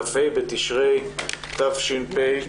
כ"ה בתשרי התשפ"א.